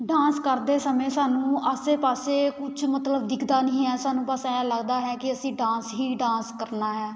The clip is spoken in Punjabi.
ਡਾਂਸ ਕਰਦੇ ਸਮੇਂ ਸਾਨੂੰ ਆਸੇ ਪਾਸੇ ਕੁਛ ਮਤਲਬ ਦਿਖਦਾ ਨਹੀਂ ਹੈ ਸਾਨੂੰ ਬਸ ਐਂ ਲੱਗਦਾ ਹੈ ਕਿ ਅਸੀਂ ਡਾਂਸ ਹੀ ਡਾਂਸ ਕਰਨਾ ਹੈ